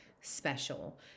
special